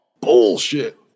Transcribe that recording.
Bullshit